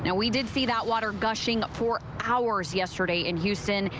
yeah we did see that water gushing for hours yesterday in houston,